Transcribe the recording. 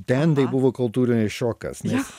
ten tai buvo kultūrinis šokas nes